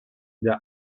der